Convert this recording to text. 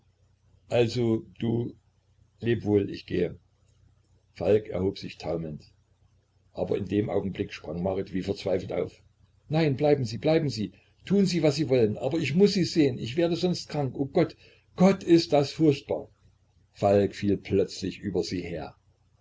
also du leb wohl ich gehe falk erhob sich taumelnd aber in dem augenblick sprang marit wie verzweifelt auf nein bleiben sie bleiben sie tun sie was sie wollen aber ich muß sie sehen ich werde sonst krank o gott gott ist das furchtbar falk fiel plötzlich über sie her